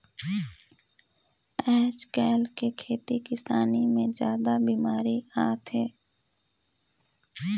आयज कायल के खेती किसानी मे जादा बिमारी आत हे